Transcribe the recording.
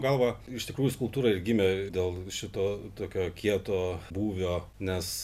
galva iš tikrųjų skulptūra ir gimė dėl šito tokio kieto būvio nes